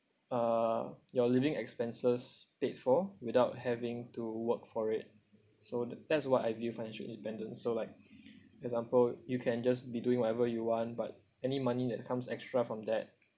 uh your living expenses paid for without having to work for it so that that's what ideal financial independence so like example you can just be doing whatever you want but any money that comes extra from that